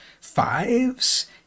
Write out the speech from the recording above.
fives